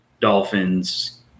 Dolphins